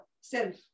self